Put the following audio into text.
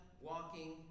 walking